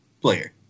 player